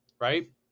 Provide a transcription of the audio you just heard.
Right